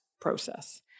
process